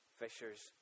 fishers